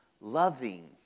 loving